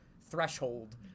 threshold